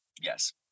Yes